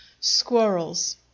Squirrels